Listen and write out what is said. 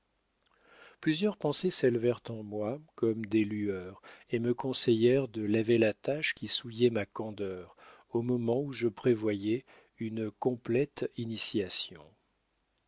plusieurs pensées s'élevèrent en moi comme des lueurs et me conseillèrent de laver la tache qui souillait ma candeur au moment où je prévoyais une complète initiation